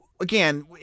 again